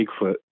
Bigfoot